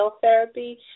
therapy